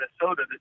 Minnesota